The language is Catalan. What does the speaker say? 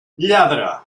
lladre